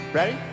Ready